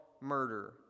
murder